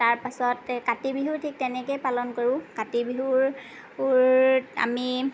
তাৰ পাছত কাতি বিহু ঠিক তেনেকৈয়ে পালন কৰোঁ কাতি বিহুৰ উৰ আমি